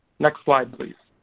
next slide please.